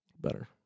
better